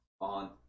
on